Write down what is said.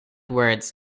words